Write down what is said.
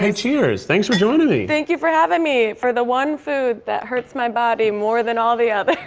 hey, cheers. thanks for joining me. thank you for having me for the one food that hurts my body more than all the others.